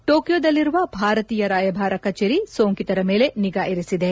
ಟೋಕಿಯೋದಲ್ಲಿರುವ ಭಾರತೀಯ ರಾಯಭಾರ ಕಚೇರಿ ಸೋಂಕಿತರ ಮೇಲೆ ನಿಗಾ ಇರಿಸಿದೆ